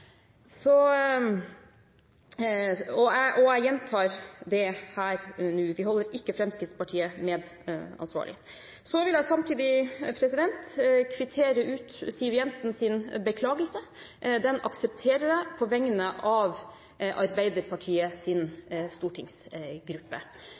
Så vil jeg samtidig kvittere ut Siv Jensens beklagelse. Den aksepterer jeg på vegne av